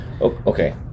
Okay